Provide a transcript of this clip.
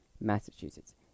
Massachusetts